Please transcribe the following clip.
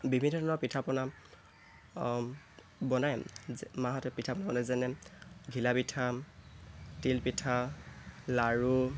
বিভিন্ন ধৰণৰ পিঠা পনা বনায় মাহঁতে পিঠা বনায় যেনে ঘিলা পিঠা তিল পিঠা লাৰু